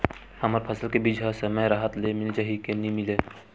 हमर फसल के बीज ह समय राहत ले मिल जाही के नी मिलही?